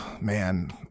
man